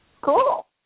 Cool